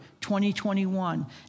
2021